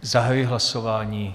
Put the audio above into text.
Zahajuji hlasování.